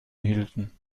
hielten